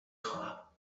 خواهم